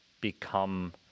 become –